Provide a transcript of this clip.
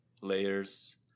layers